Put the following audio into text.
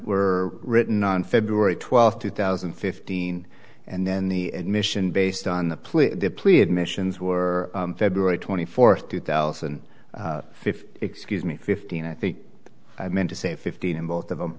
were written on february twelfth two thousand and fifteen and then the admission based on the plea deplete admissions were february twenty fourth two thousand fifth excuse me fifteen i think i meant to say fifteen in both of them